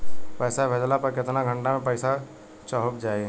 पैसा भेजला पर केतना घंटा मे पैसा चहुंप जाई?